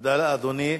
תודה לאדוני.